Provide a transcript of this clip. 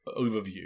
overview